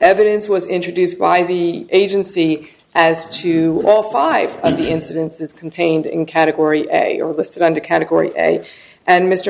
evidence was introduced by the agency as to all five of the incidences contained in category are listed under category and mr